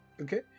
Okay